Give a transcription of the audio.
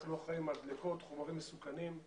אנחנו אחראים על דליקות, חומרים מסוכנים,